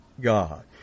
God